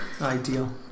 ideal